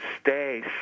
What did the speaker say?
stay